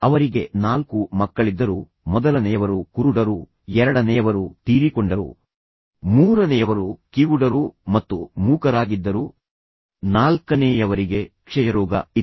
ಅವರಿಗೆ ನಾಲ್ಕು ಮಕ್ಕಳಿದ್ದರು ಮೊದಲನೆಯವರು ಕುರುಡರು ಎರಡನೆಯವರು ತೀರಿಕೊಂಡರು ಮೂರನೆಯವರು ಕಿವುಡರು ಮತ್ತು ಮೂಕರಾಗಿದ್ದರು ನಾಲ್ಕನೇಯವರಿಗೆ ಕ್ಷಯರೋಗ ಇತ್ತು